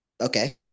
Okay